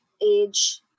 age